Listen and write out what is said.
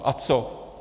A co?